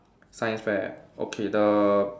science fair okay the